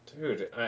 Dude